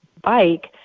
bike